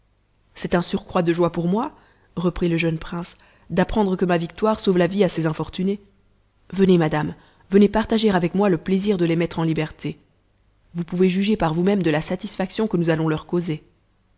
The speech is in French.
c'est un surcroit de joie pour moi reprit le jeune prince d'apprendre que ma victoire sauve la vie à ces infortunés venez madame venez partager avec moi le plaisir de les mettre en liberté vous pouvez juger par vous-même de la satisfaction que nous allons leur causer